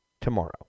tomorrow